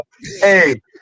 Hey